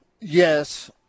Yes